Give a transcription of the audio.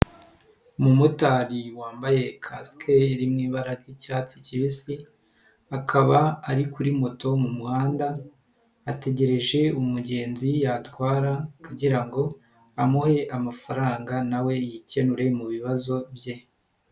Umumotari wambaye kasike iri mu ibara ry'icyatsi kibisi, akaba ari kuri moto mu muhanda, ategereje umugenzi yatwara kugira ngo amuhe amafaranga na we yikenure mu bibazo bye.